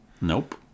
Nope